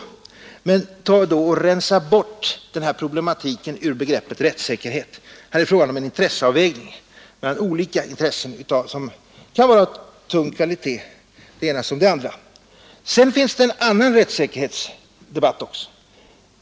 Men rensa då bort den här problematiken ur begreppet rättssäkerhet! Här är det fråga om en avvägning mellan olika motstående intressen — intressen som kan vara av tung kvalitet, det ena som det andra. Det finns ett annat rättssäkerhetsbegrepp också.